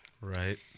Right